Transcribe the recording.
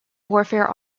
warfare